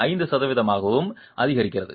5 சதவீதமாகவும் அதிகரிக்கிறது